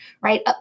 right